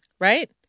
Right